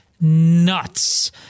nuts